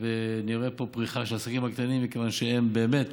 ונראה פה פריחה של העסקים הקטנים, מכיוון שהם באמת